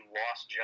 lost